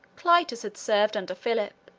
clitus had served under philip.